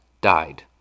died